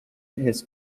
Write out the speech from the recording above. his